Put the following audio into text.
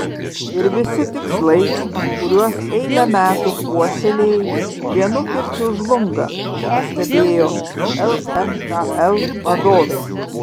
ir visi tikslai kuriuos eilę metų puoselėjai vienu kirčiu žlunga pastebėjo lmkl vadovė